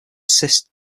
assist